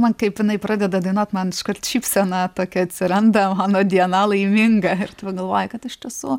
man kaip jinai pradeda dainuot man iškart šypsena tokia atsiranda mano diena laiminga ir tada galvoji kad iš tiesų